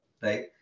Right